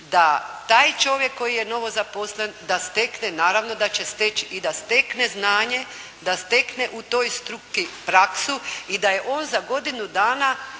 da taj čovjek koji je novo zaposlen da stekne, naravno da će steći i da stekne znanje, da stekne u toj struci praksu i da je on za godinu dana